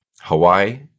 Hawaii